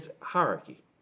hierarchy